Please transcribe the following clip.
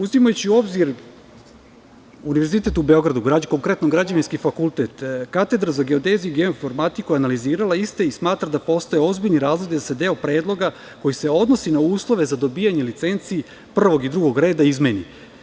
Uzimajući u obzir Univerzitet u Beogradu, konkretno Građevinski fakultet, katedra za geodeziju i geoinformatiku je analizirala iste i smatra da postoje ozbiljni razlozi da se deo predloga koji se odnosi na uslove za dobijanje licenci prvog i drugo reda izmeni.